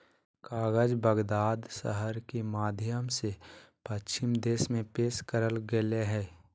कागज बगदाद शहर के माध्यम से पश्चिम देश में पेश करल गेलय हइ